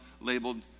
labeled